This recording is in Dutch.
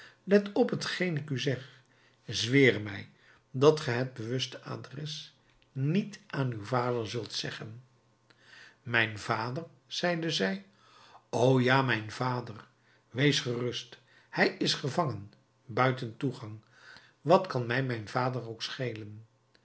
let op t geen ik u zeg zweer mij dat ge het bewuste adres niet aan uw vader zult zeggen mijn vader zeide zij o ja mijn vader wees gerust hij is gevangen buiten toegang wat kan mij mijn vader ook schelen